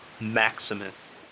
Maximus